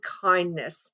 kindness